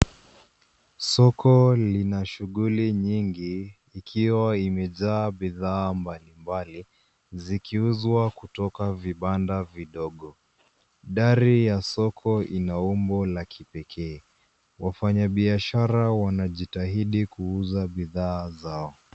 Soko ina shughuli nyingi ikiwa imejaa bidhaa mbalimbali zikiuzwa kutoka vibanda vidogo. Dari ya soko ina umbo la kipekee. Wafanyabiashara wanajitahidi kuuza bidhaa zao.